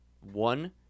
One